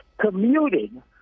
commuting